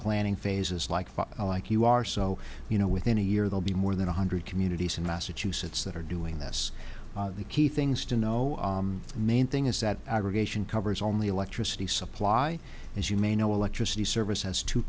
planning phases like like you are so you know within a year they'll be more than one hundred communities in massachusetts that are doing this the key things to know the main thing is that aggregation covers only electricity supply as you may know electricity service has two